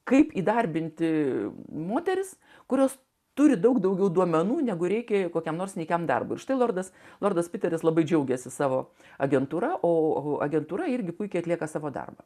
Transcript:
kaip įdarbinti moteris kurios turi daug daugiau duomenų negu reikia kokiam nors nykiam darbui ir štai lordas lordas piteris labai džiaugėsi savo agentūra o agentūra irgi puikiai atlieka savo darbą